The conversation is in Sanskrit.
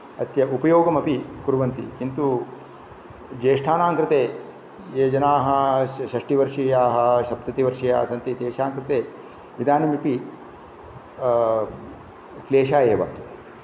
अस्य उपयोगमपि कुर्वन्ति किन्तु ज्येष्ठानां कृते ये जनाः षष्टिवर्षीयाः सप्ततिवर्षीयाः सन्ति तेषां कृते इदानीमपि क्लेशाय एव